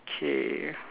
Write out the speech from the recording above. okay